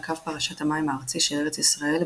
על קו פרשת המים הארצי של ארץ ישראל,